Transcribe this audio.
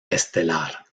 estelar